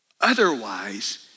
Otherwise